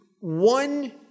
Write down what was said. one